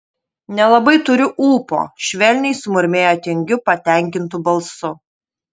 nelabai turiu ūpo švelniai sumurmėjo tingiu patenkintu balsu